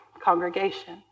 congregation